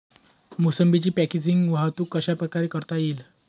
मोसंबीची पॅकेजिंग वाहतूक कशाप्रकारे करता येईल?